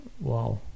Wow